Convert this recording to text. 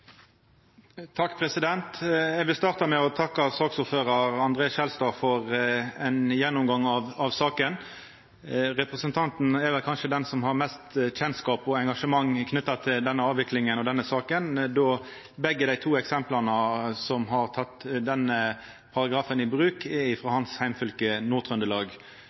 Eg vil starta med å takka saksordføraren, André N. Skjelstad, for ein gjennomgang av saka. Representanten er vel kanskje den som har mest kjennskap til og engasjement for denne avviklinga og denne saka, då begge dei to eksempla på samkommunar som har teke denne paragrafen i bruk, er frå hans heimfylke,